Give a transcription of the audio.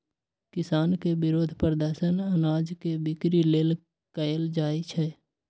किसान के विरोध प्रदर्शन अनाज के बिक्री लेल कएल जाइ छै